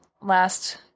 last